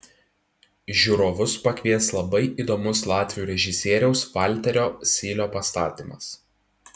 žiūrovus pakvies labai įdomus latvių režisieriaus valterio sylio pastatymas